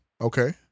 Okay